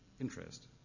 interest